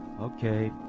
Okay